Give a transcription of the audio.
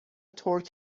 ترک